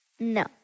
No